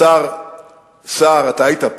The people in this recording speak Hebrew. השר סער, אתה היית פה,